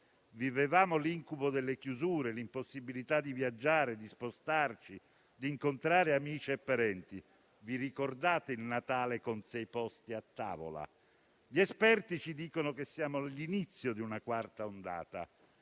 vivevamo l'incubo delle chiusure e l'impossibilità di viaggiare, spostarci e incontrare amici e parenti. Vi ricordate il Natale con sei posti a tavola? Gli esperti ci dicono che siamo all'inizio di una quarta ondata